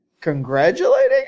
congratulating